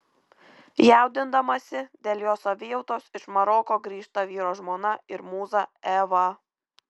jaudindamasi dėl jo savijautos iš maroko grįžta vyro žmona ir mūza eva